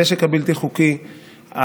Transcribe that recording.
הנשק הבלתי-חוקי,